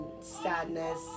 sadness